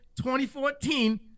2014